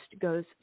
goes